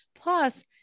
Plus